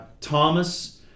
Thomas